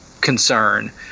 concern